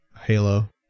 Halo